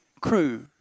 crew